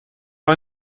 are